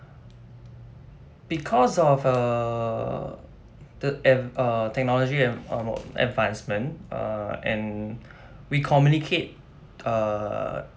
because of err the ad~ uh technology ad~ advancement uh and we communicate err